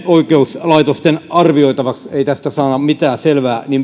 oikeuslaitosten arvioitavaksi ei tästä saa mitään selvää